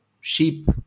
sheep